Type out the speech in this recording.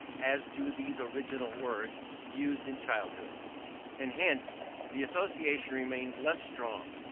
as do these original words used in childhood and hence the association remains less strong.